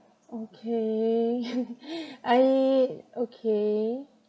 okay I okay